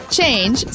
Change